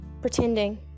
pretending